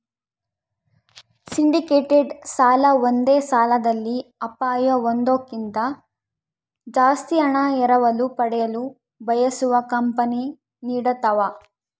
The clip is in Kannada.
ಸಿಂಡಿಕೇಟೆಡ್ ಸಾಲ ಒಂದೇ ಸಾಲದಲ್ಲಿ ಅಪಾಯ ಹೊಂದೋದ್ಕಿಂತ ಜಾಸ್ತಿ ಹಣ ಎರವಲು ಪಡೆಯಲು ಬಯಸುವ ಕಂಪನಿ ನೀಡತವ